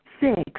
six